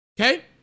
Okay